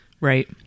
Right